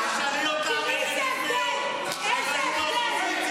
השר מיקי זוהר, אתה מסכם?